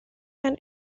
and